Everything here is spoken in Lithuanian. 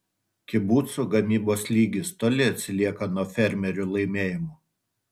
kibucų gamybos lygis toli atsilieka nuo fermerių laimėjimų